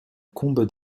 combe